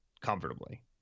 comfortably